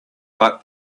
but